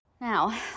Now